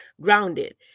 grounded